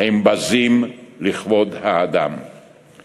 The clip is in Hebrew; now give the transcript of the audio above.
כסאות לבית